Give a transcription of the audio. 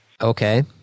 Okay